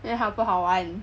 then 好不好玩